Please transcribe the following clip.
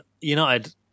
United